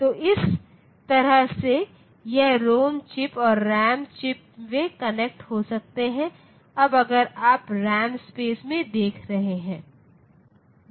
तो इस तरह से यह रोम चिप और रैम चिप वे कनेक्ट हो सकते हैं अब अगर आप रैम स्पेस में देख रहे हैं